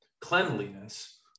cleanliness